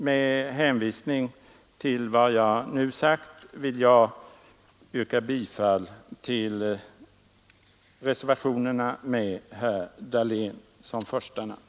Med hänvisning till vad jag nu sagt vill jag yrka bifall till reservationerna med herr Dahlén som första namn.